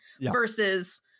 versus